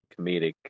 comedic